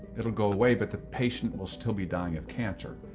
it'll go away but the patient will still be dying of cancer.